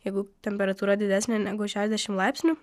jeigu temperatūra didesnė negu šešdešim laipsnių